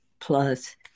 plus